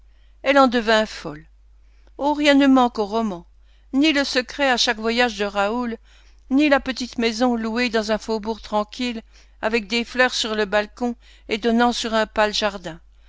elle en devint folle oh rien ne manque au roman ni le secret à chaque voyage de raoul ni la petite maison louée dans un faubourg tranquille avec des fleurs sur le balcon et donnant sur un